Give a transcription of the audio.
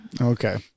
Okay